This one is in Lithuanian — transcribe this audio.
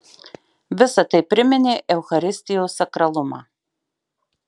visa tai priminė eucharistijos sakralumą